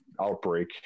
outbreak